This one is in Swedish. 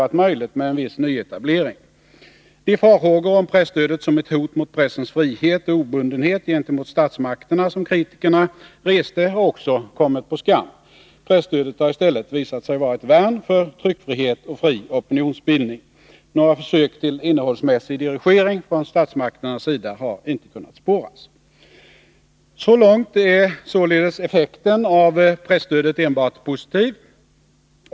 varit möjligt med en viss nyetablering. De farhågor om presstödet som ett hot mot pressens frihet och obundenhet gentemot statsmakterna som kritikerna reste har också kommit på skam. Presstödet har i stället visat sig vara ett värn för tryckfrihet och fri opinionsbildning. Några försök till innehållsmässig dirigering från statsmakternas sida har inte kunnat spåras. Så långt är således effekten av presstödet enbart positiv.